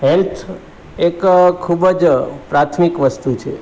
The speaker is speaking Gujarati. હેલ્થ એક ખૂબ જ પ્રાથમિક વસ્તુ છે